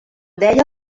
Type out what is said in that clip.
deia